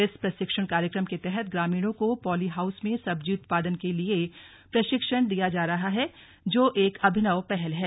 इस प्रशिक्षण कार्यक्रम के तहत ग्रामीणों को पॉलीहाउस में सब्जी उत्पादन के लिए प्रशिक्षण दिया जा रहा है जो एक अभिनव पहल है